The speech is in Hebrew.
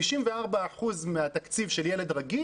54% מהתקציב של ילד רגיל,